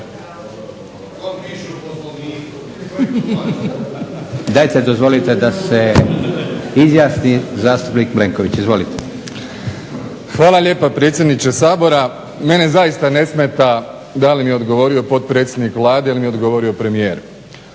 Hvala lijepa predsjedniče Sabora. Mene zaista ne smeta da li mi odgovorio potpredsjednik Vlade ili mi odgovorio premijer.